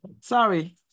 Sorry